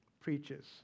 preaches